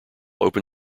open